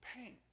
pain